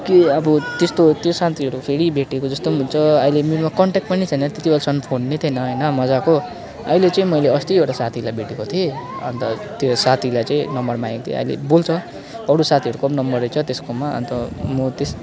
के अब त्यस्तो त्यो साथीहरू फेरि भेटेको जस्तो पनि हुन्छ अहिले मेरोमा कन्ट्याक्ट पनि छैन त्यतिबेलासम्म फोन नै थिएन होइन मज्जाको अहिले चाहिँ मैले अस्ति एउटा साथीलाई भेटेको थिएँ अन्त त्यो साथीलाई चाहिँ नम्बर मागेको थिएँ अहिले बोल्छ अरू साथीहरूको पनि नम्बर रहेछ त्यसकोमा अन्त म त्यस